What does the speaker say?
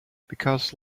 because